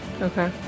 Okay